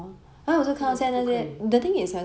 真的是不可以